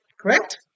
correct